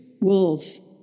Wolves